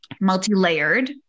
multi-layered